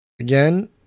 again